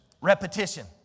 Repetition